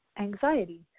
anxiety